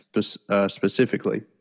specifically